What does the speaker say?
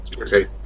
Okay